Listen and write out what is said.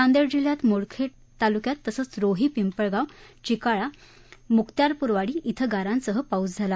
नांदेड जिल्ह्यात मुदखडीतालुक्यात तसंच रोही पिंपळगाव चिकाळा मुक्त्यारपूरवाडी श्रिं गारांसह पाऊस झाला